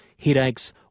headaches